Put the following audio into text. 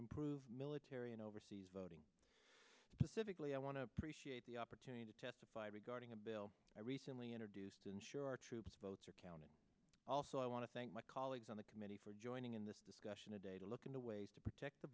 improve military and overseas voting pacifically i want to appreciate the opportunity to testify regarding a bill i recently introduced to ensure our troops votes are counted also i want to thank my colleagues on the committee for joining in the discussion today to look into ways to protect the